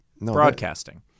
broadcasting